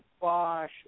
Bosch